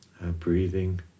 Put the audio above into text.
Breathing